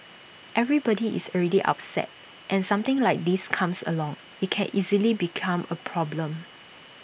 everybody is already upset and something like this comes along IT can easily become A problem